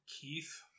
Keith